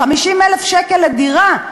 50,000 שקל לדירה,